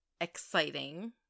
exciting